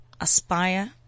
Aspire